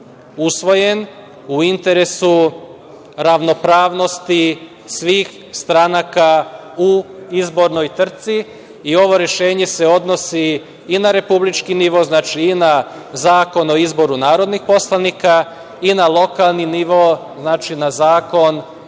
usvojen, u interesu ravnopravnosti svih stranaka u izbornoj trci i ovo rešenje se odnosi i na republički nivo i na Zakon o izboru narodnih poslanika i na lokalni nivo, znači na Zakon